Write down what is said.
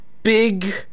Big